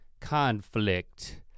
conflict